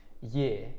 year